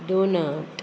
donut